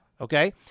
Okay